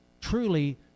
truly